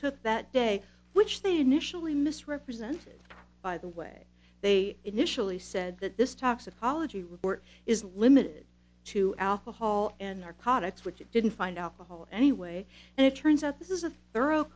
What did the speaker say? took that day which they initially misrepresented by the way they initially said that this toxicology report is limited to alcohol and narcotics which didn't find out the whole anyway and it turns out this is a thorough